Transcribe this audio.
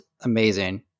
amazing